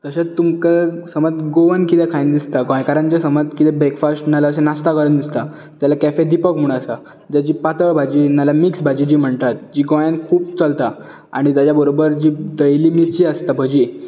तशेंच तुमकां समज गोवन कितें खायन दिसता गोंयकारांचे समज कितें ब्रेकफास्ट नाल्यार नाश्ता करन दिसता जाल्यार कॅफे दिपक म्हणून आसा जेची पातळ भाजी नाल्यार मिक्स भाजी जी म्हणटात जी गोंयांन खूब चलता आनी ताज्या बरोबर जी तळिल्लीली मिरची आसता ती भजी